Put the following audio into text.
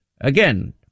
again